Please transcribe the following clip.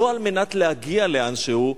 לא על מנת להגיע לאנשהו,